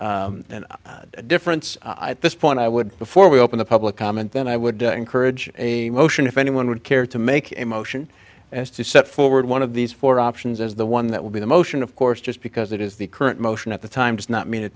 be an difference i think the point i would before we open the public comment then i would encourage a motion if anyone would care to make emotion as to set forward one of these four options as the one that would be the motion of course just because it is the current motion at the time does not mean